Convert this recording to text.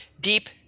deep